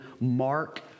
Mark